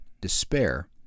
despair